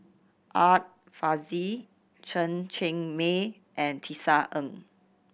Art Fazil Chen Cheng Mei and Tisa Ng